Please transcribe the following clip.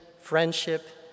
friendship